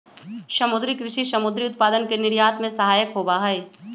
समुद्री कृषि समुद्री उत्पादन के निर्यात में सहायक होबा हई